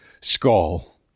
skull